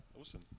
Awesome